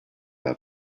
out